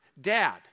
Dad